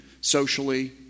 socially